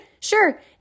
Sure